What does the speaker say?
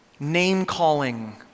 name-calling